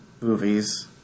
movies